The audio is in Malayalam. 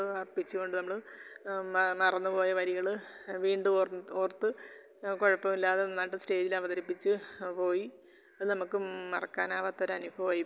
അർപ്പിച്ചുകൊണ്ട് നമ്മൾ മ മറന്നുപോയ വരികൾ വീണ്ടും ഓർ ഓർത്ത് കുഴപ്പമില്ലാതെ നന്നായിട്ട് സ്റ്റേജിൽ അവതരിപ്പിച്ച് പോയി അത് നമുക്കും മറക്കാനാവാത്ത ഒരു അനുഭവമായി